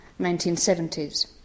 1970s